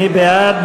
מי בעד?